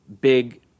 big